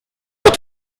hand